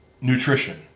nutrition